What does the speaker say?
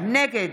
נגד